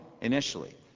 initially